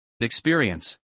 experience